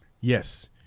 Yes